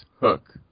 hook